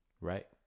right